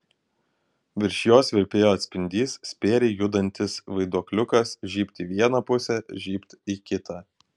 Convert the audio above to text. virš jos virpėjo atspindys spėriai judantis vaiduokliukas žybt į vieną pusę žybt į kitą